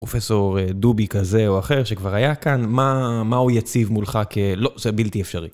פרופסור דובי כזה או אחר שכבר היה כאן, מה הוא יציב מולך כ... לא, זה בלתי אפשרי.